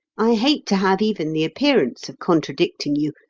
i hate to have even the appearance of contradicting you,